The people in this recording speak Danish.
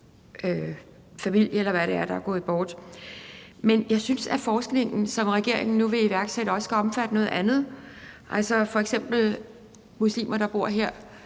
familie, eller hvem det er, der er gået bort. Men jeg synes, at forskningen, som regeringen nu vil iværksætte, også skal omfatte noget andet, f.eks. herboende